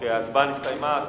ההצבעה הסתיימה.